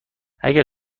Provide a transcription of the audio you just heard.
اگر